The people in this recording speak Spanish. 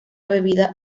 bebida